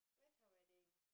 where's her wedding